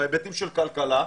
בהיבטים של כלכלה,